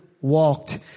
walked